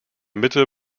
mitte